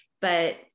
but-